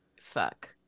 fuck